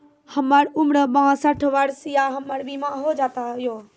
हमर उम्र बासठ वर्ष या हमर बीमा हो जाता यो?